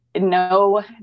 no